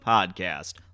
Podcast